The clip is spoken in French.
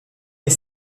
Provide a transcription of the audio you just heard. est